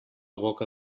boca